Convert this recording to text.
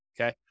okay